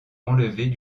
enlevés